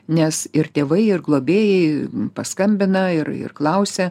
nes ir tėvai ir globėjai paskambina ir ir klausia